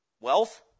wealth